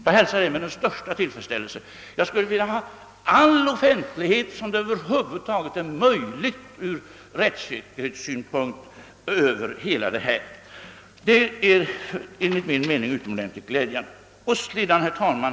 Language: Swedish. Jag hälsar det med största tillfredsställelse och skulle vilja ha all den offentlighet över alla dessa frågor som över huvud taget är möjlig ur säkerhetssynpunkt.